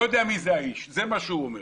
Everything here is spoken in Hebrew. אני לא יודע מי זה האיש אבל זה מה שהוא אומר.